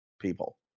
people